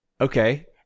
Okay